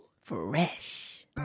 fresh